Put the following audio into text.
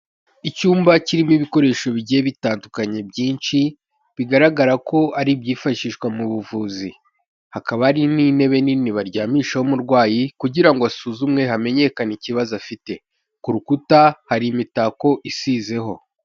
Icyumba kirimo ibikoresho bigiye bitandukanye byinshi bigaragara ko ari ibyifashishwa mu buvuzi. Hakaba hari n'intebe nini baryamishaho umurwayi kugira ngo asuzumwe hamenyekane ikibazo afite. Ku rukuta hari imitako isizeho.